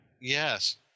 Yes